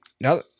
now